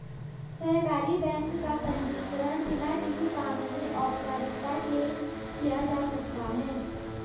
सहकारी बैंक का पंजीकरण बिना किसी कानूनी औपचारिकता के किया जा सकता है